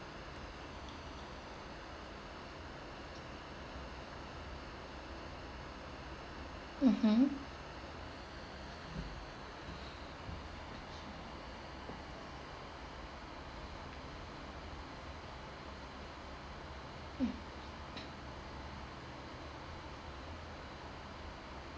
mmhmm